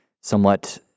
somewhat